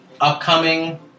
upcoming